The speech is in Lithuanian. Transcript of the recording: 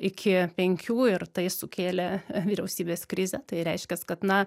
iki penkių ir tai sukėlė vyriausybės krizę tai reiškias kad na